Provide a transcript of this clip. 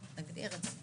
נגדיר את זה,